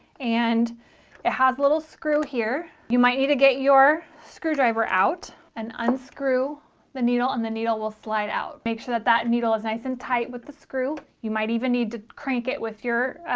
and it has a little screw here you might need to get your screwdriver out and unscrew the needle and the needle will slide out make sure that that needle is nice and tight with the screw you might even need to crank it with your